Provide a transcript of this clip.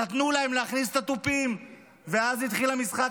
נתנו להם להכניס את התופים ואז התחיל המשחק.